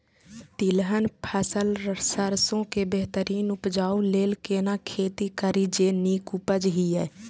तिलहन फसल सरसों के बेहतरीन उपजाऊ लेल केना खेती करी जे नीक उपज हिय?